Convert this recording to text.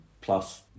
plus